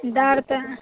दर तऽ